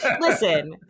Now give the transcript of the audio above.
listen